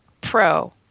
Pro